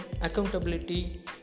accountability